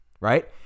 right